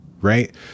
Right